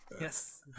Yes